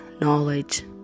knowledge